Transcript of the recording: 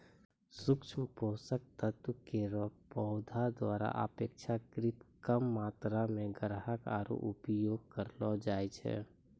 सूक्ष्म पोषक तत्व केरो पौधा द्वारा अपेक्षाकृत कम मात्रा म ग्रहण आरु उपयोग करलो जाय छै